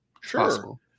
sure